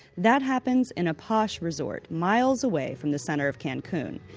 that happens in a posh resort miles away from the center of cancun.